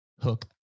hook